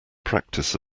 practice